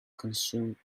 consume